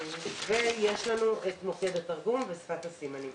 ויש לנו את מוקד התרגום לשפת הסימנים.